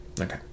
Okay